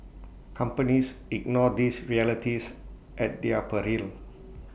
companies ignore these realities at their peril